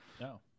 No